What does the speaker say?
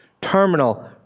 terminal